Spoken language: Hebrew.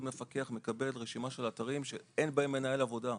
כל מפקח מקבל רשימת אתרים שאין בהם מנהל עבודה,